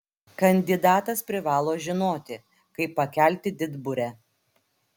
kandidatas privalo žinoti kaip pakelti didburę